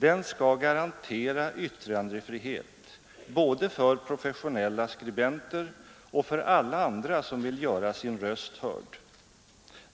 Den skall garantera yttrandefrihet både för professionella skribenter och för alla andra som vill göra sin röst hörd,